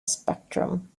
spectrum